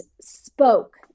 spoke